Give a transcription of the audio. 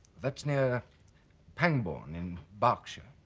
that's near pangborn in berkshire.